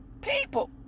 people